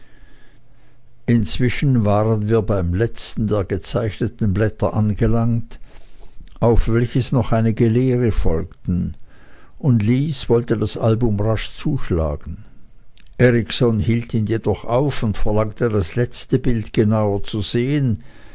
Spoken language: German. inzwischen waren wir beim letzten der gezeichneten blätter angelangt auf welches noch einige leere folgten und lys wollte das album rasch zuschlagen erikson hielt ihn jedoch auf und verlangte das letzte bild genauer zu sehen